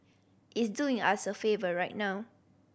it's doing us a favour right now